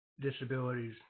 disabilities